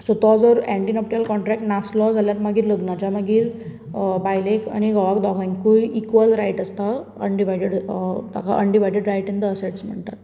so तो जर antenuptial contract नासलो जाल्यार मागीर लग्नाच्या मागीर बायलेक आनी घोवाक दोगांयकूय इक्वल रायट आसता अनडिवायडीड ताका undivided right in the assets म्हणटात